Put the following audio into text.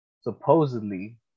supposedly